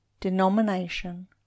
denomination